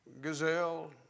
gazelle